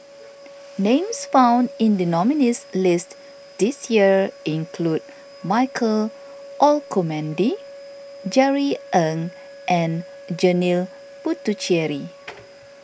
names found in the nominees' list this year include Michael Olcomendy Jerry Ng and Janil Puthucheary